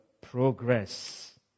progress